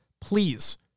please